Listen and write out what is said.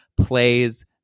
plays